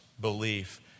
belief